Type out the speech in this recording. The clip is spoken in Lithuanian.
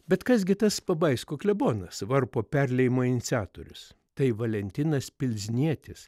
bet kas gi tas pabaisko klebonas varpo perliejimo iniciatorius tai valentinas piznietis